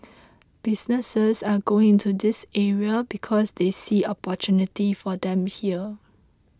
businesses are going into this area because they see for them here